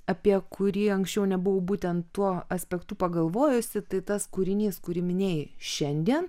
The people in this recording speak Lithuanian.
apie kurį anksčiau nebuvau būtent tuo aspektu pagalvojusi tai tas kūrinys kurį minėjai šiandien